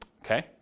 okay